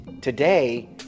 today